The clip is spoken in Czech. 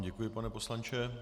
Děkuji vám, pane poslanče.